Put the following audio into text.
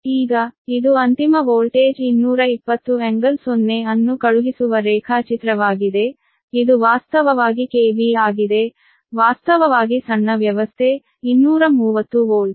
ಈಗ ಇದು sending end voltage 220∟0 ರೇಖಾಚಿತ್ರವಾಗಿದೆ ಇದು ವಾಸ್ತವವಾಗಿ KV ಆಗಿದೆ ವಾಸ್ತವವಾಗಿ ಸಣ್ಣ ವ್ಯವಸ್ಥೆ 230 ವೋಲ್ಟ್